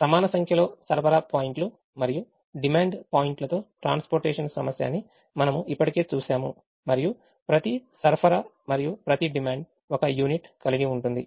సమాన సంఖ్యలో సరఫరా పాయింట్లు మరియు డిమాండ్ పాయింట్లతో transportation సమస్య అని మనము ఇప్పటికే చూశాము మరియు ప్రతి సరఫరా మరియు ప్రతి డిమాండ్ ఒక యూనిట్ కలిగి ఉంటుంది